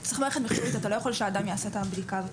אתה לא יכול שאדם יעשה את הבדיקה הזאת.